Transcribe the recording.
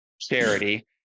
charity